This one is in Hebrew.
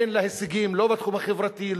אין לה הישגים לא בתחום החברתי,